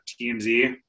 TMZ